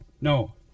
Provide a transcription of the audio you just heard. no